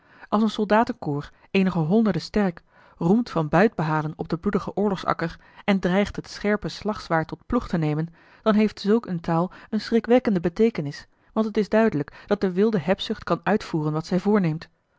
als een soldatenkoor eenige honderden sterk roemt van buit behalen op den bloedigen oorlogsakker en dreigt het scherpe slagzwaard tot ploeg te nemen dan heeft zulk eene taal eene schrikwekkende beteekenis want het is duidelijk dat de wilde hebzucht kan uitvoeren wat zij voorneemt